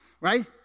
right